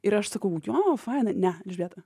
ir aš sakau jo faina ne elžbieta